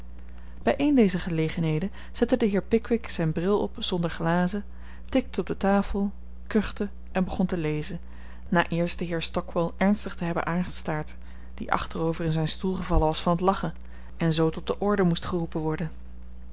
bij een dezer gelegenheden zette de heer pickwick zijn bril op zonder glazen tikte op de tafel kuchte en begon te lezen na eerst den heer stockwall ernstig te hebben aangestaard die achterover in zijn stoel gevallen was van t lachen en zoo tot de orde moest geroepen worden